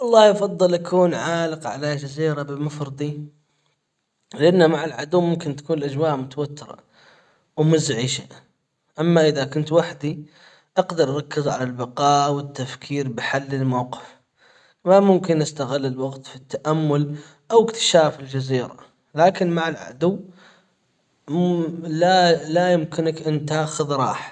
الله أفضل أكون عالق على جزيرة بمفردي غير مع العدو ممكن تكون الأجواء متوترة ومزعجة أما إذا كنت وحدي أقدر أركز على البقاء والتفكير بحل الموقف كمان ممكن أستغل الوقت في التأمل أو اكتشاف الجزيرة لكن مع العدو لا لا يمكنك ان تاخذ راحة.